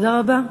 תודה רבה.